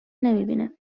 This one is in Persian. نمیبینه